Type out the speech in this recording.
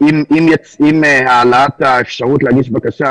עם העלאת האפשרות להגיש בקשה,